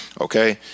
Okay